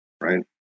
Right